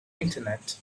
internet